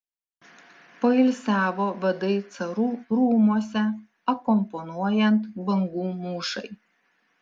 poilsiavo vadai carų rūmuose akompanuojant bangų mūšai